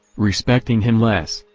respecting him less,